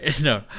no